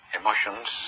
emotions